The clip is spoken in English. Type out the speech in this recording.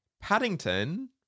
paddington